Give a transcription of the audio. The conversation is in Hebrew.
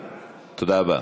המליאה, תודה רבה.